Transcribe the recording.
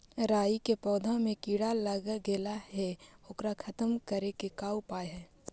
राई के पौधा में किड़ा लग गेले हे ओकर खत्म करे के का उपाय है?